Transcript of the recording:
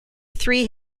three